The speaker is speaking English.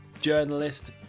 journalist